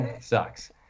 sucks